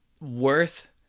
worth